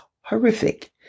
horrific